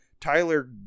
Tyler